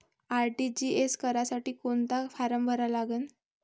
RTGS करासाठी कोंता form भरा लागन?